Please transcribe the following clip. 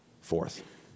Fourth